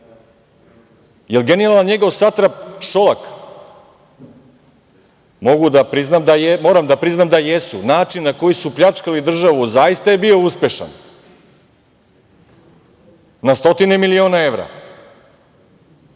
li je genijalan njegov satrap Šolak? Moram da priznam da jesu, način na koji su pljačkali državu zaista je bio uspešan na stotine miliona evra.